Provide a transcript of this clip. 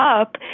up